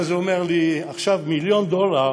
ואז הוא אומר לי: עכשיו מיליון דולר,